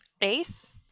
Ace